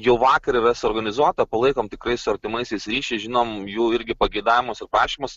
jau vakar yra suorganizuota palaikom tikrai su artimaisiais ryšį žinom jų irgi pageidavimus ir prašymus